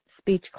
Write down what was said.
speech